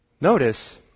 Notice